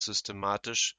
systematisch